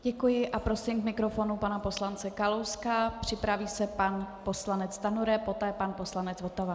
Děkuji a prosím k mikrofonu pana poslance Kalouska, připraví se pan poslanec Stanjura, poté pan poslanec Votava.